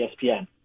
ESPN